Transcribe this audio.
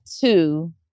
two